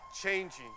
changing